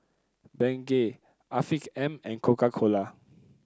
Bengay Afiq M and Coca Cola